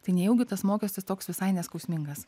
tai nejaugi tas mokestis toks visai neskausmingas